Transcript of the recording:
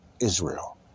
Israel